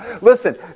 Listen